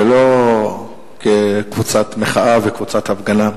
ולא כקבוצת מחאה וקבוצת הפגנה.